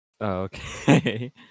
okay